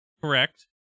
Correct